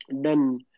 done